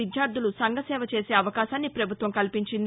విద్యార్దలు సంఘ సేవ చేసే అవకాశాన్ని ప్రభుత్వం కల్పించింది